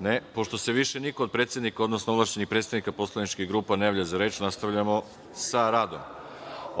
(Ne)Pošto se više niko od predsednika, odnosno ovlašćenih predstavnika poslaničkih grupa ne javlja za reč, nastavljamo sa radom.